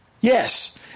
Yes